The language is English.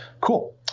Cool